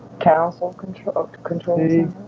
council control? control